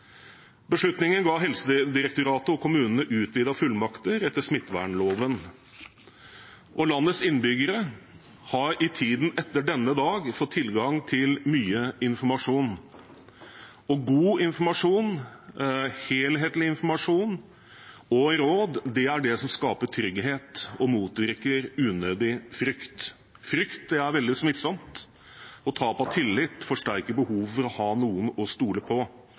Beslutningen ga Helsedirektoratet og kommunene utvidede fullmakter etter smittevernloven, og landets innbyggere har i tiden etter denne dag fått tilgang til mye informasjon. God informasjon, helhetlig informasjon og råd er det som skaper trygghet og motvirker unødig frykt. Frykt er veldig smittsomt, og tap av tillit forsterker behovet for å ha noen å stole på.